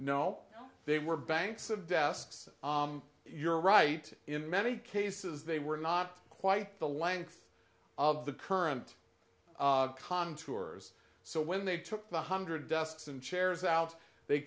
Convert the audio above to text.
no they were banks of desks you're right in many cases they were not quite the length of the current contours so when they took the hundred desks and chairs out they